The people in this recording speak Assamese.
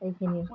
এইখিনি